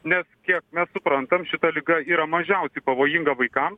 net kiek mes suprantam šita liga yra mažiausiai pavojinga vaikams